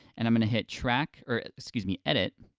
and i'm gonna hit track, or, excuse me, edit,